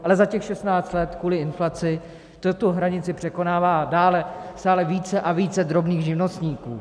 Ale za těch 16 let kvůli inflaci tu hranici překonává více a více drobných živnostníků.